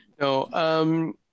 no